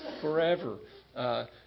forever